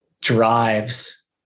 drives